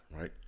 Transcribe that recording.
right